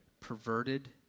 perverted